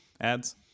Ads